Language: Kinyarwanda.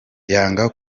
yanga